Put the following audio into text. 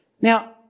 Now